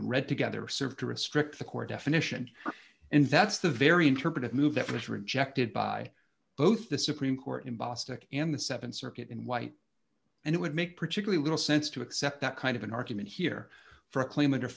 when read together serve to restrict the court definition and that's the very interpretive move that was rejected by both the supreme court in bostic and the th circuit in white and it would make particular little sense to accept that kind of an argument here for a claim under